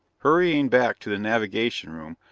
hurrying back to the navigating room,